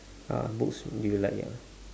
uh books you like ya